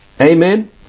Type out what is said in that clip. Amen